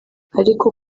ariko